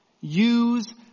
use